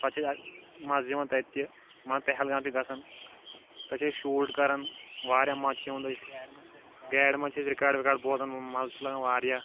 پَتہٕ چھُ اسہِ مَزٕ یِوان تَتہِ تہِ مان پہلگام چھِ گژھان تَتہِ چھِ أسۍ شوٗٹ کَران واریاہ مَزٕ چھُ یِوان تَتہِ گاڑِ منٛز چھِ أسۍ رِکارڈ وِکاڈ بوزان مَزٕ چھُ لَگَان واریاہ